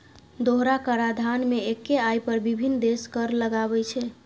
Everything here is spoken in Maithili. दोहरा कराधान मे एक्के आय पर विभिन्न देश कर लगाबै छै